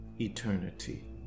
eternity